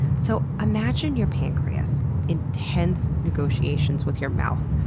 so imagine your pancreas in tense negotiations with your mouth,